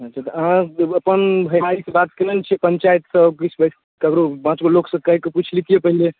अच्छा तऽ अहाँ एगो अपन भैआरीके बात केने छियै पञ्चायतसँ किछु ककरो पाँच गो लोकसँ कहि कऽ पुछि लैतियै पहिले